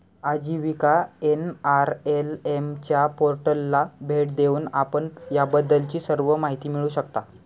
आजीविका एन.आर.एल.एम च्या पोर्टलला भेट देऊन आपण याबद्दलची सर्व माहिती मिळवू शकता